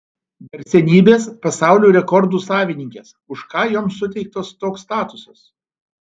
garsenybės pasaulio rekordų savininkės už ką joms suteiktas toks statusas